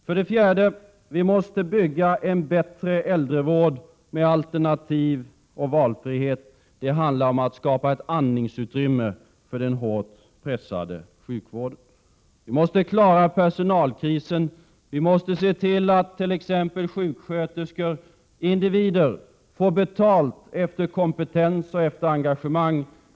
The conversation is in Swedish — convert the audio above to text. För det fjärde: Vi måste bygga en bättre äldrevård med alternativ och valfrihet. Det handlar om att skapa ett andningsutrymme för den hårt pressade sjukvården. Vi måste klara personalkrisen. Vi måste se till att t.ex. sjuksköterskorindivider får betalt efter kompetens och engagemang.